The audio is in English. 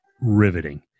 riveting